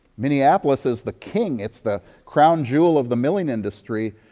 minneapolis is the king. it's the crown jewel of the milling industry.